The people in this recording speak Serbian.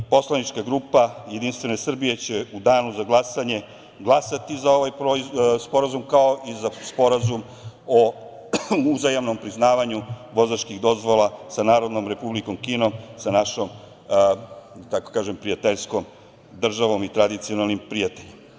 Poslanička grupa Jedinstvene Srbije će u danu za glasanje glasati za ovaj sporazum, kao i za Sporazum o uzajamnom priznavanju vozačkih dozvola sa Narodnom Republikom Kinom, sa našom da tako kažem prijateljskom državom i tradicionalnim prijateljom.